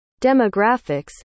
demographics